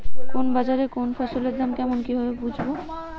কোন বাজারে কোন ফসলের দাম কেমন কি ভাবে বুঝব?